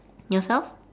yourself